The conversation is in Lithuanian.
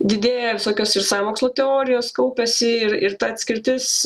didėja visokios sąmokslo teorijos kaupiasi ir ir ta atskirtis